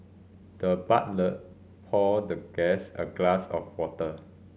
the butler poured the guest a glass of water